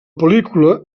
pel·lícula